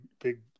big